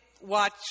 Watch